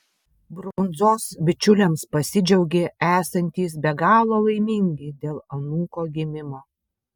brundzos bičiuliams pasidžiaugė esantys be galo laimingi dėl anūko gimimo